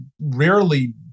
rarely